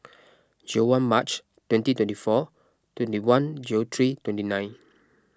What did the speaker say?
zero one March twenty twenty four twenty one zero three twenty nine